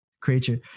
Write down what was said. creature